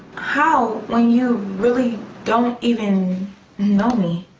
how when you really don't even know me?